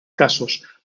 casos